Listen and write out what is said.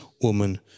woman